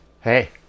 Hey